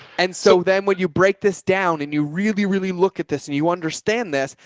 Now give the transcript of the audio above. and so then when you break this down and you really, really look at this and you understand this,